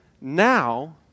now